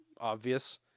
obvious